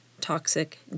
toxic